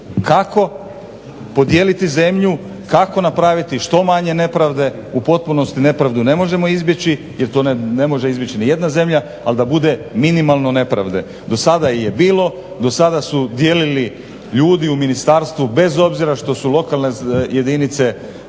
kako podijeliti zemlju, kako napraviti što manje nepravde. U potpunosti nepravdu ne možemo izbjeći, jer to ne može izbjeći ni jedna zemlja, ali da bude minimalno nepravde. Do sada je bilo, do sada su dijelili ljudi u ministarstvu bez obzira što su lokalne jedinice